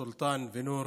סולטאן וחור,